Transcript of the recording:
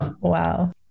Wow